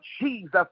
Jesus